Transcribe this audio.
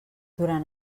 durant